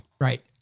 right